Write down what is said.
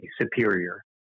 superior